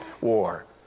war